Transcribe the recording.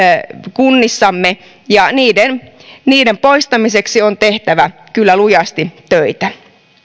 kunnissamme ja niiden niiden poistamiseksi on tehtävä kyllä lujasti töitä